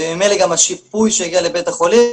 וממילא גם השיפוי שהגיע לבית החולים,